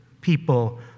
people